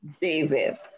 Davis